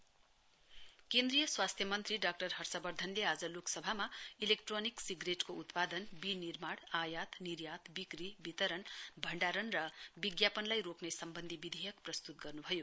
ई cigarette bill केन्द्रीय स्वास्थ्य मन्त्री डाक्टर हर्ष वर्धनले आज लोकसभामा इलेक्टोनिक सिग्रेटको उत्पादन विनिर्माण आयात निर्यात बिकी वितरण भण्डारण र विज्ञापनलाई रोक्ने सम्बन्धी विधेयक प्रस्तुत गर्नुभयो